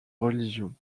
religion